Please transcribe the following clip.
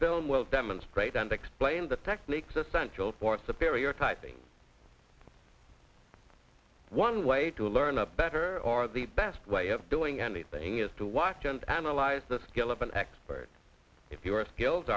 film will demonstrate and explain the techniques essential for severe your typing one way to learn a better or the best way of doing anything is to watch and analyze the skill of an expert if your skills